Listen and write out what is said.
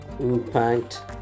impact